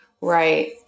Right